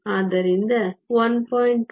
ಆದ್ದರಿಂದ 1